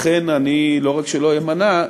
לכן אני לא רק שלא אמנע,